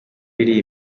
biri